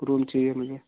room चाहिए मुझे